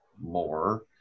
more